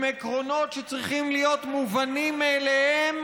הם עקרונות שצריכים להיות מובנים מאליהם